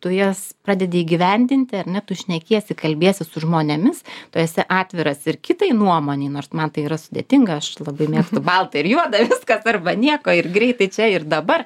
tu jas pradėti įgyvendinti ar ne tu šnekiesi kalbiesi su žmonėmis tu esi atviras ir kitai nuomonei nors man tai yra sudėtinga aš labai mėgstu baltą ir juodą viskas arba nieko ir greitai čia ir dabar